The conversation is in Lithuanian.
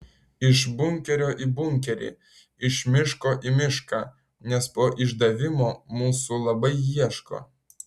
iš bunkerio į bunkerį iš miško į mišką nes po išdavimo mūsų labai ieško